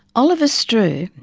oliver strewe,